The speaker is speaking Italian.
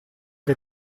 che